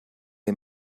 est